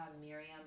miriam